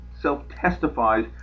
self-testifies